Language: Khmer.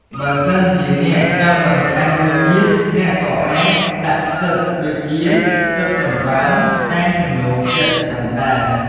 បើសិនជាអ្នកចង់បន្ថែមរសជាតិ អ្នកក៏អាចដាក់ផ្សិត ដូចជាផ្សិតចំបើង តាមចំណូលចិត្តបានដែរ។